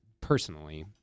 personally